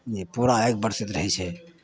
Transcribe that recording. जे पूरा आगि बरसैत रहै छै